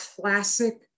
classic